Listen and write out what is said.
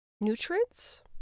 Nutrients